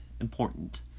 important